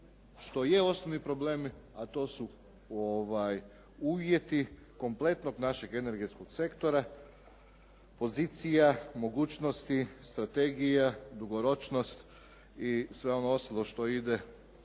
što je osnovni problem a to su uvjeti kompletnog našeg energetskog sektora, pozicija, mogućnosti, strategija, dugoročnost i sve ono ostalo što ide što